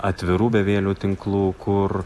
atvirų bevielių tinklų kur